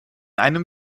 einem